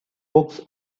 books